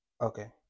Okay